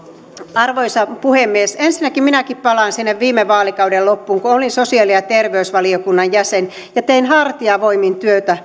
arvoisa puhemies ensinnäkin minäkin palaan sinne viime vaalikauden loppuun kun olin sosiaali ja terveysvaliokunnan jäsen ja tein hartiavoimin työtä